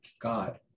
God